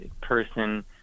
person